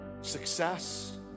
success